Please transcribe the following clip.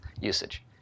usage